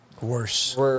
worse